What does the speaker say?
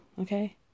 okay